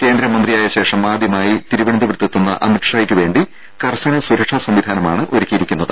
കേന്ദ്രമന്ത്രിയായ ശേഷം ആദ്യമായി തിരുവനന്തപുരത്തെത്തുന്ന അമിത്ഷാക്കു വേണ്ടി കർശന സുരക്ഷാ സംവിധാനമാണ് ഒരുക്കിയിട്ടുണ്ട്